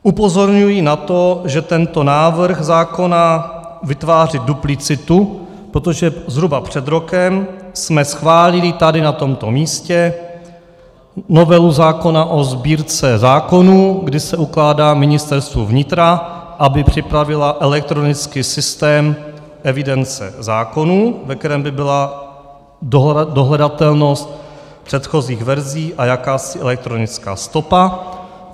Upozorňuji na to, že tento návrh zákona vytváří duplicitu, protože zhruba před rokem jsme schválili tady na tomto místě novelu zákona o Sbírce zákonů, kdy se ukládá Ministerstvu vnitra, aby připravilo elektronický systém evidence zákonů, ve kterém by byla dohledatelnost předchozích verzí a jakási elektronická stopa.